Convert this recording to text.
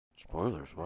Spoilers